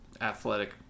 Athletic